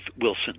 Wilson